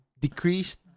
decreased